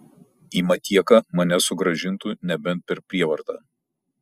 į matieką mane sugrąžintų nebent per prievartą